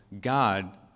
God